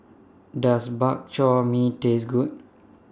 Does Bak Chor Mee Taste Good